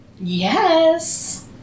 Yes